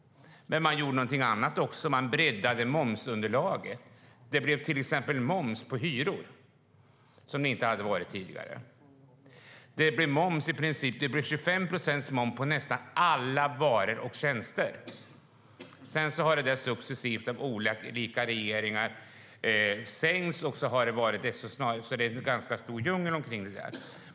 Men man gjorde något annat också. Man breddade momsunderlaget. Det blev till exempel moms på hyror, som det inte hade varit tidigare. Det blev 25 procent moms på nästan alla varor och tjänster. Den har sedan sänkts successivt av olika regeringar. Det har varit en ganska stor djungel.